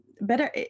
better